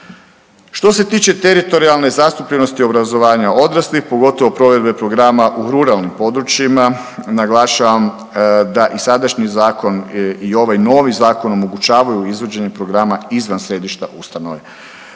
Što se tiče teritorijalne zastupljenosti obrazovanja odraslih, pogotovo provedbe programa u ruralnim područjima naglašavam da i sadašnji zakon i ovaj novi zakon omogućavaju izvođenje programa izvan središta ustanove.